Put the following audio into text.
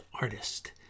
artist